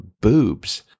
boobs